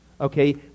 okay